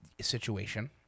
situation